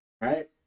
right